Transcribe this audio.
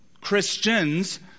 Christians